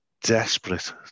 desperate